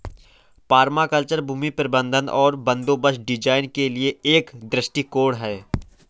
permaculture भूमि प्रबंधन और बंदोबस्त डिजाइन के लिए एक दृष्टिकोण है